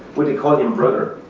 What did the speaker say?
would they call him brother?